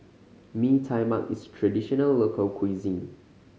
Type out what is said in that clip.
Mee Tai Mak is a traditional local cuisine